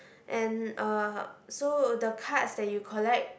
and uh so the cards that you collect